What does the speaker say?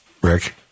Rick